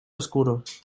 oscuros